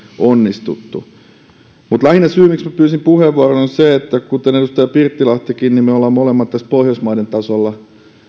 onnistuneet mutta syy miksi minä pyysin puheenvuoron on lähinnä se että kuten edustaja pirttilahtikin on tehnyt me olemme molemmat pohjoismaiden tasolla